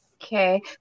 Okay